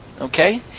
Okay